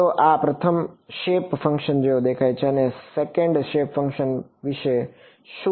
તો આ પ્રથમ શેપ ફંક્શન જેવો દેખાય છે તે સેકન્ડ શેપ ફંક્શન વિશે શું છે